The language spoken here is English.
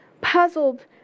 puzzled